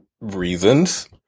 reasons